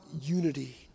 unity